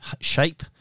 shape